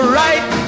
right